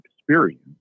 experience